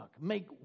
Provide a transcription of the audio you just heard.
make